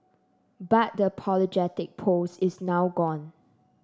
but the apologetic post is now gone